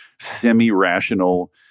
semi-rational